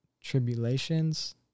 tribulations